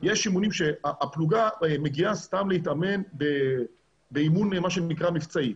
יש אימונים שהפלוגה מגיעה סתם להתאמן באימון מה שנקרא מבצעי,